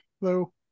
Hello